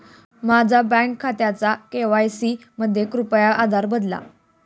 माझ्या बँक खात्याचा के.वाय.सी मध्ये कृपया आधार बदला